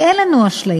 ואין לנו אשליה,